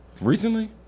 recently